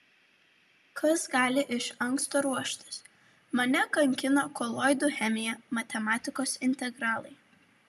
kas gali iš anksto ruoštis mane kankino koloidų chemija matematikos integralai